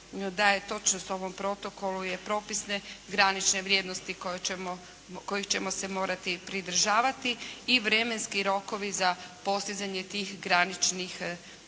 daje točnost ovom protokolu je propisne granične vrijednosti kojih ćemo se morati pridržavati i vremenski rokovi za postizanje tih graničnih